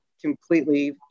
completely